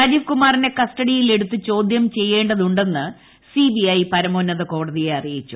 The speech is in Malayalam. രാജീവ് കുമാറിനെ കസ്റ്റഡിയിൽ എടുത്ത് ചോദ്യം ചെയ്യേണ്ടതുണ്ടെന്ന് സിബിഐ പരമോന്നത കോടതിയെ അറിയിച്ചു